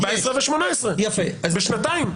14 ו-18, בשנתיים.